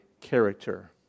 character